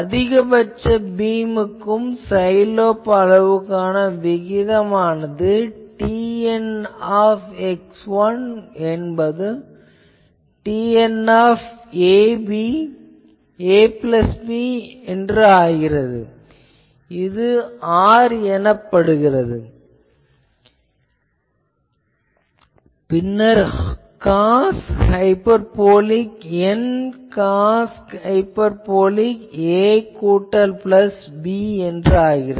அதிகபட்ச பீம் க்கும் side lobe அளவுக்குமான விகிதமானது TN என்பது TNab ஆகிறது இது R ஆகும் பின்னர் இது cos hyperbolic N cos hyperbolic a கூட்டல் b என்றாகிறது